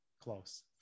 close